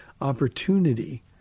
opportunity